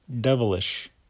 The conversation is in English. devilish